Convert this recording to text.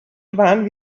waren